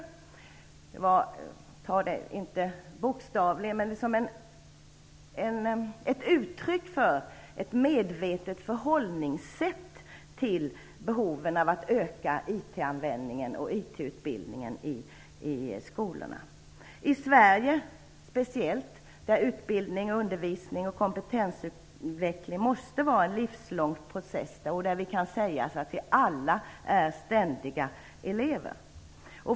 Det skall inte tas bokstavligt, utan som ett uttryck för ett medvetet förhållningssätt till behoven av att öka IT användningen och IT-utbildningen i skolorna. I Sverige måste utbildning och kompetensutveckling vara en livslång process. Vi är alla ständiga elever.